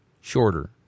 shorter